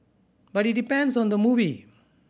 but it depends on the movie